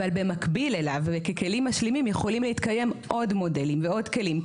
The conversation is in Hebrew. אבל במקביל אליו וככלים משלימים יכולים להתקיים עוד מודלים ועוד כלים,